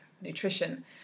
nutrition